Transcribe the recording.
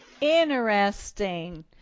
Interesting